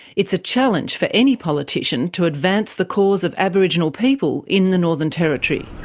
it's a challenge for any politician to advance the cause of aboriginal people in the northern territory.